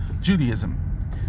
Judaism